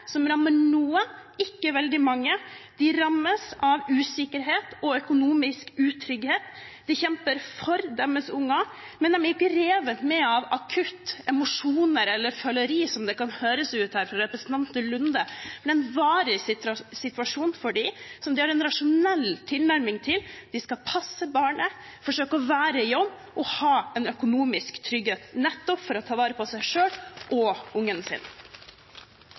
som rammer noen – ikke veldig mange. De rammes av usikkerhet og økonomisk utrygghet. De kjemper for sine unger, men de er ikke revet med av akutte emosjoner eller føleri, som det kan høres ut her fra representanten Lunde. Det er en varig situasjon for dem som de har en rasjonell tilnærming til. De skal passe barnet, forsøke å være i jobb og ha en økonomisk trygghet, nettopp for å ta vare på seg selv og ungen sin.